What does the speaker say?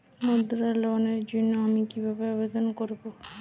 মুদ্রা লোনের জন্য আমি কিভাবে আবেদন করবো?